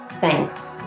Thanks